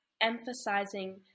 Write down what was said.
emphasizing